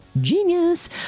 Genius